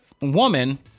woman